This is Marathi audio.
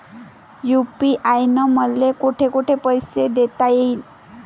यू.पी.आय न मले कोठ कोठ पैसे देता येईन?